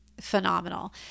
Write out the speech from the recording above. phenomenal